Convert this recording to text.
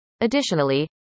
Additionally